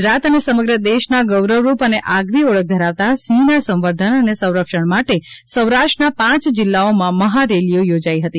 ગુજરાત અને સમગ્ર દેશના ગૌરવરૂપ અને આગવી ઓળખ ધરાવતા સિંહના સંવર્ધન અને સંરક્ષણ માટે સૌરાષ્ટ્રના પાંચ જિલ્લાઓમાં મહા રેલીઓ યોજાઈ હતી